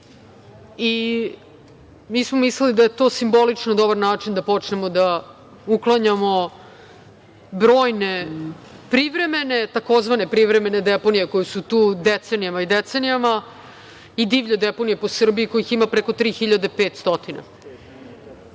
i mi smo mislili da je to simbolično dobar način da počnemo da uklanjamo brojne tzv. privremene deponije, koje su tu decenijama i decenijama i divlje deponije po Srbiji kojih ima preko